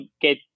get